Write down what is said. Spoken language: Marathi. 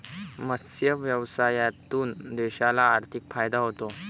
मत्स्य व्यवसायातून देशाला आर्थिक फायदा होतो